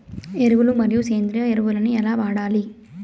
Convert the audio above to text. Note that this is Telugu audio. ఎరువులు మరియు సేంద్రియ ఎరువులని ఎలా వాడాలి?